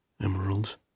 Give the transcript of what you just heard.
emeralds